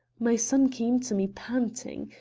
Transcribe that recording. my son came to me panting.